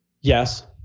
Yes